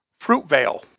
Fruitvale